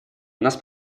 нас